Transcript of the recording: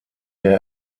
der